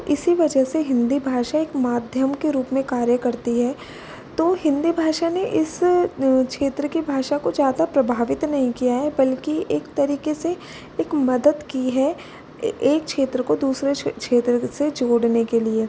तो इसी वजह से हिंदी भाषा एक माध्यम के रूप में कार्य करती है तो हिंदी भाषा ने इस क्षेत्र के भाषा को ज़्यादा प्रभावित नहीं किया है बल्कि एक तरीके से एक मदद की है ए एक क्षेत्र को दूसरे छ क्षेत्र से जोड़ने के लिए